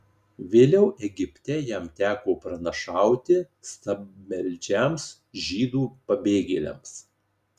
vėliau egipte jam teko pranašauti stabmeldžiams žydų pabėgėliams